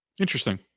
Interesting